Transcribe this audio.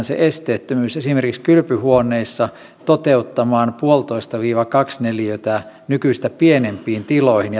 se esteettömyys esimerkiksi kylpyhuoneissa toteuttamaan yksi pilkku viisi viiva kaksi neliötä nykyistä pienempiin tiloihin